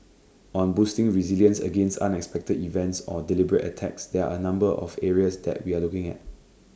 on boosting resilience against unexpected events or deliberate attacks there are A number of areas that we are looking at